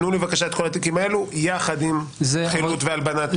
תנו לי בבקשה את כל התיקים האלו יחד עם חילוט והלבנת הון.